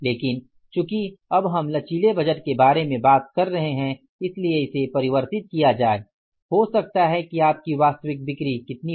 लेकिन चूंकि अब हम लचीले बजट के बारे में बात कर रहे हैं इसलिए इसे परिवर्तित किया जाए हो सकता है कि आपकी वास्तविक बिक्री कितनी हो